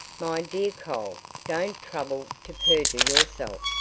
my dear cole, don't trouble to perjure yourself.